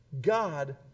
God